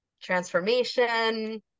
transformation